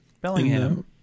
Bellingham